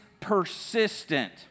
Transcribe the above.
persistent